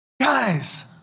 Guys